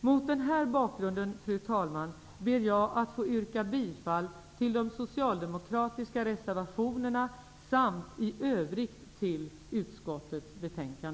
Mot denna bakgrund, fru talman, ber jag att få yrka bifall till de socialdemokratiska reservationerna samt i övrigt till utskottets hemställan.